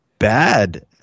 bad